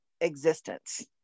existence